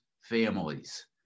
families